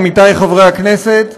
עמיתי חברי הכנסת,